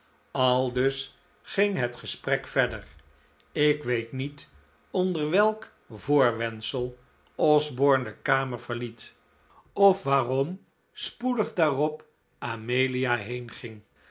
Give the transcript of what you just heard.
aldus ging het gesprek verder ik weet niet onder welk voorwendsel osborne de kamer verliet of waarom spoedig daarop amelia